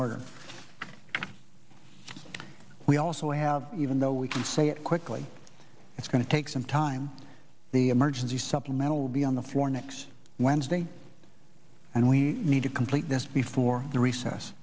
order we also have even though we can say it quickly it's going to take some time the emergency supplemental will be on the floor next wednesday and we need to complete this before the recess